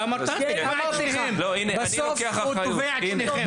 אני לוקח אחריות.